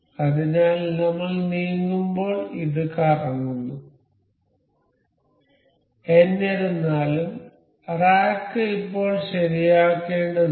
അതിനാൽ നമ്മൾ നീങ്ങുമ്പോൾ ഇത് കറങ്ങുന്നു എന്നിരുന്നാലും റാക്ക് ഇപ്പോഴും ശരിയാക്കേണ്ടതുണ്ട്